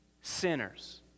sinners